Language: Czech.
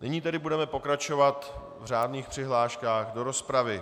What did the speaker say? Nyní tedy budeme pokračovat v řádných přihláškách do rozpravy.